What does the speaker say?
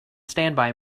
standby